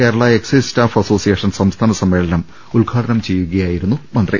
Kerala Excise Staff Association സംസ്ഥാന സമ്മേളനം ഉദ്ഘാടനം ചെയ്യുകയായിരുന്നു മന്ത്രി